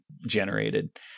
generated